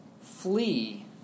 Flee